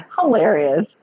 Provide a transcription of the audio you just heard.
hilarious